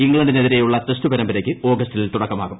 ഇംഗ്ലണ്ടിനെതിരെയുള്ള test പരമ്പരയ്ക്ക് ഓഗസ്റ്റിൽ തുടക്കമാകും